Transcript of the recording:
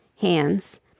hands